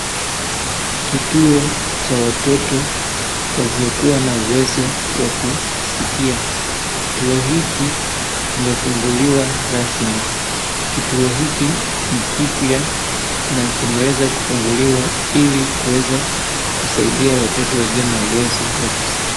Kituo cha watoto wasiokuwa na uwezo wa kusikia. Kituo hiki kimefunguliwa rasmi. Kituo hiki ni kipya na kimeweza kufunguliwa ile kuweze kusaidia watoto wasio na uwezo wa kusikia.